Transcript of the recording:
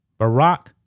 Barack